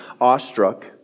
awestruck